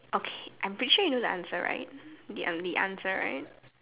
okay I'm pretty sure you know the answer right the only answer right